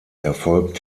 erfolgt